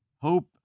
Hope